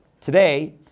today